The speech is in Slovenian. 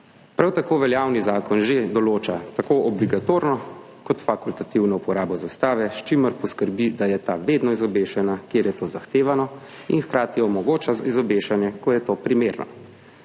Prav tako veljavni zakon že določa tako obligatorno kot fakultativno uporabo zastave, s čimer poskrbi, da je ta vedno izobešena, kjer je to zahtevano, in hkrati omogoča izobešanje, ko je to primerno.